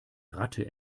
ratte